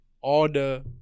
order